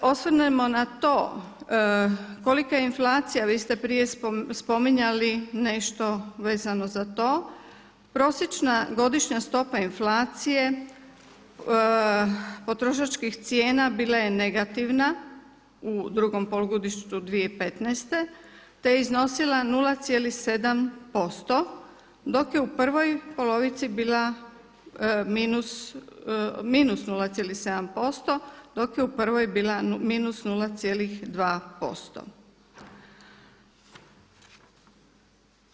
Ako se osvrnemo na to kolika je inflacija, vi ste prije spominjali nešto vezano za to, prosječna godišnja stopa inflacije potrošačkih cijena bila je negativna u drugom polugodištu 2015. te je iznosila 0,7% dok je u prvoj polovici bila minus 0,7% dok je u prvoj bila minus 0,2%